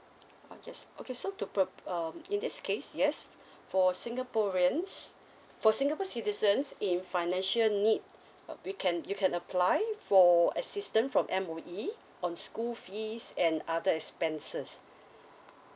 ah yes okay so to prop~ um in this case yes for singaporeans for singapore citizens in financial need uh we can you can apply for assistance from M_O_E on school fees and other expenses